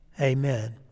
Amen